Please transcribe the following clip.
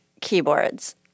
keyboards